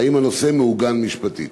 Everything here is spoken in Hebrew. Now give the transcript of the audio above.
3. האם הנושא מעוגן משפטית?